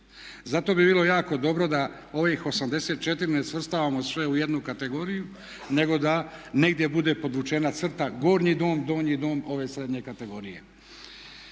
Zato bi bilo jako dobro da ovih 84 ne svrstavamo sve u jednu kategoriju nego da negdje bude podvučena crta gornji dom, donji dom ove srednje kategorije.